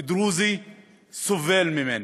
דרוזי סובל ממנה.